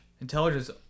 intelligence